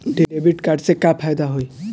Debit card से का फायदा होई?